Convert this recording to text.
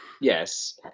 Yes